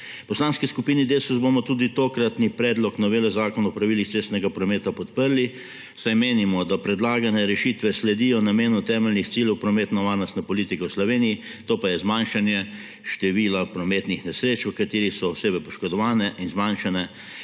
Poslanski skupini DeSUS bomo tudi tokratni predlog novele Zakona o pravilih cestnega prometa podprli, saj menimo, da predlagane rešitve sledijo namenu temeljnih ciljev prometnovarnostne politike v Sloveniji, to pa je zmanjšanje števila prometnih nesreč, v kateri so osebe poškodovane, in zmanjšanje